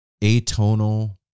atonal